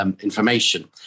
information